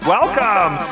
Welcome